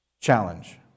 Challenge